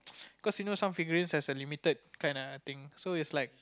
cause you know some figurines has some limited kind of thing so it is like